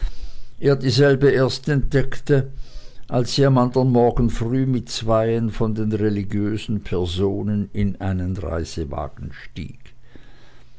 dieselbe erst entdeckte als sie am andern morgen früh mit zweien von den religiösen personen in einen reisewagen stieg